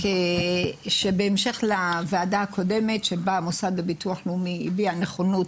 סד לביטוח לאומי הביע נכונות